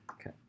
okay